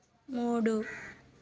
మూడు